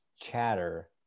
chatter